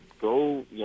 go